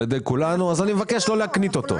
ידי כולנו אז אני מבקש לא להקניט אותו.